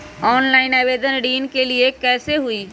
Online आवेदन ऋन के लिए कैसे हुई?